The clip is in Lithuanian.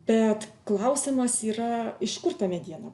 bet klausimas yra iš kur ta mediena